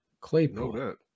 Claypool